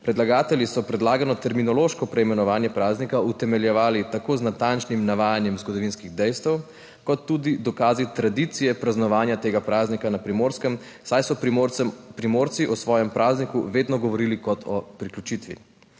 Predlagatelji so predlagano terminološko preimenovanje praznika utemeljevali tako z natančnim navajanjem zgodovinskih dejstev kot tudi dokazi tradicije praznovanja tega praznika na Primorskem, saj so Primorci o svojem prazniku vedno govorili kot o priključitvi.